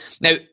Now